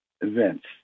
events